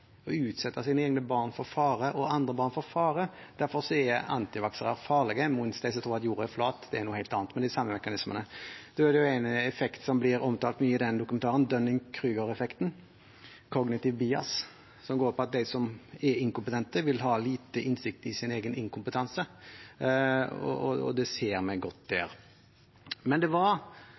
å utsette sine egne og andres barn for fare. Derfor er vaksinemotstandere farlige, i motsetning til dem som tror at jorden er flat, det er noe helt annet. Men det er de samme mekanismene. En effekt som blir mye omtalt i den dokumentaren, er Dunning–Kruger-effekten om «cognitive bias», som går ut på at de som er inkompetente, vil ha liten innsikt i sin egen inkompetanse. Det ser vi godt der. Det var